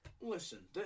listen